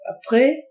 Après